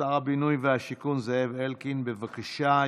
שר הבינוי והשיכון זאב אלקין, בבקשה.